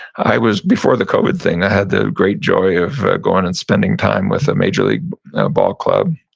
i was, before the covid thing i had the great joy of going and spending time with a major league ball club.